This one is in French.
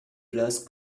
place